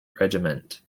regiment